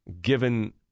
given